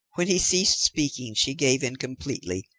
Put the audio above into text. when he ceased speaking, she gave in completely,